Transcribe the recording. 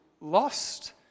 lost